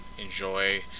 enjoy